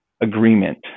agreement